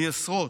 מייסרות.